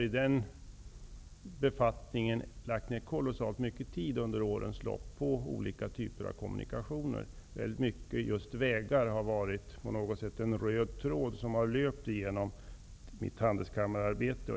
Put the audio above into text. I den befattningen har jag lagt ned kolossalt mycket tid under årens lopp på olika typer av kommunikationer. Vägar har varit en röd tråd som löpt genom mitt handelskammararbete.